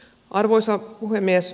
arvoisa puhemies